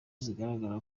zigaragaza